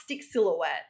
silhouette